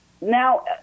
Now